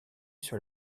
sur